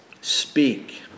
speak